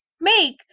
make